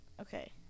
okay